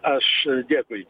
aš dėkui